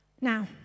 Now